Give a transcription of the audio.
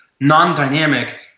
non-dynamic